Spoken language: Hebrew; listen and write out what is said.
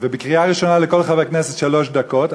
ובקריאה ראשונה לכל חבר כנסת שלוש דקות,